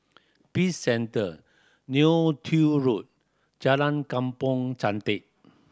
Peace Centre Neo Tiew Road Jalan Kampong Chantek